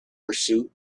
pursuit